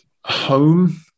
home